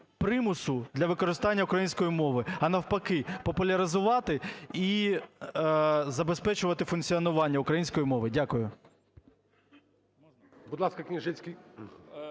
примусу для використання української мови, а навпаки популяризувати і забезпечувати функціонування української мови. Дякую.